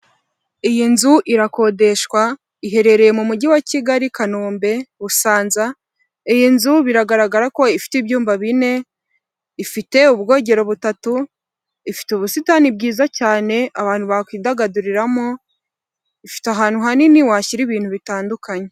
Iyi nzu irakodeshwa iherereye mu mujyi wa Kigali, i Kanombe, Busanza. Iyi nzu biragaragara ko ifite ibyumba bine, ifite ubwogero butatu ifite, ubusitani bwiza cyane abantu bakwidagaduriramo, ifite ahantu hanini washyira ibintu bitandukanye.